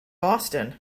boston